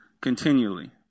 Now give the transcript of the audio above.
continually